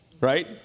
right